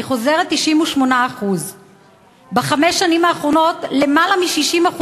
אני חוזרת: 98%. בחמש השנים האחרונות למעלה מ-60%